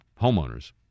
homeowners